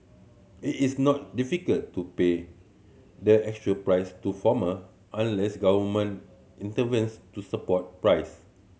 it is not difficult to pay the assured price to farmer unless government intervenes to support price